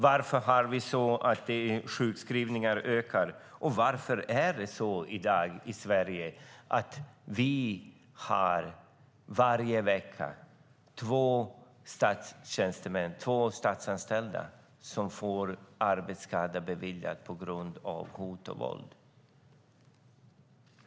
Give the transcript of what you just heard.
Varför ökar sjukskrivningarna, och varför är det så i dag i Sverige att två statsanställda varje vecka får arbetsskada på grund av hot och våld beviljad?